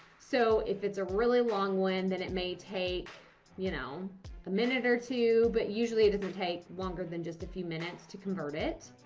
so if it's a really long one, then it may take you know a minute or two. but usually it doesn't take longer than just a few minutes to convert it.